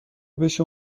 بشه